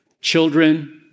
children